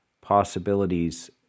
possibilities